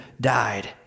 died